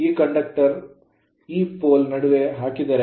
ಈ conductor ವಾಹಕವನ್ನು ಈ pole ಪೋಲ್ ನಡುವೆ ಹಾಕಿದರೆ